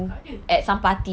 dekat mana